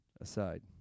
aside